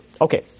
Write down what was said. Okay